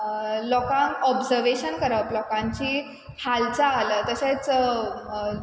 लोकांक ओब्जर्वेशन करप लोकांची हालचाल तशेंच